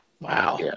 Wow